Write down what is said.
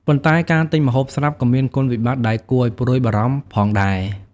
ប៉ុន្តែ ការទិញម្ហូបស្រាប់ក៏មាន គុណវិបត្តិ ដែលគួរឱ្យព្រួយបារម្ភផងដែរ។